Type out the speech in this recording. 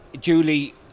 julie